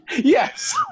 yes